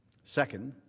second,